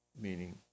meaning